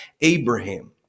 Abraham